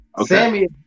Sammy